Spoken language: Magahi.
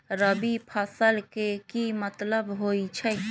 रबी फसल के की मतलब होई छई?